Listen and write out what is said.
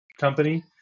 company